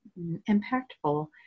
impactful